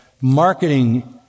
marketing